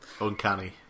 Uncanny